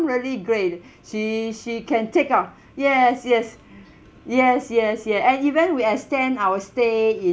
really great she she can take oh yes yes yes yes yes and even we extend our stay in